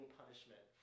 punishment